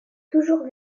toujours